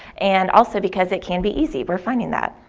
and also, because it can be easy, we're finding that.